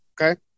Okay